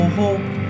hope